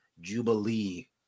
jubilee